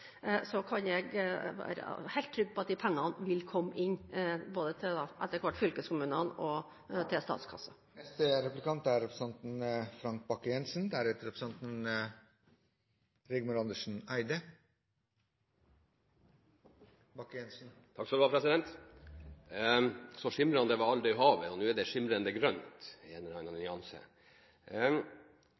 kan jeg være helt trygg på at de pengene vil komme inn, både til fylkeskommunene – etter hvert – og til statskassen. «Så skimrande var aldri havet» – og nå er det skimrende grønt, i en eller annen nyanse. Næringsministeren holdt fram – som et av de viktige prinsippene for den rød-grønne regjeringen – forenkling for næringslivet. Statsråden for Fiskeri- og kystdepartementet har i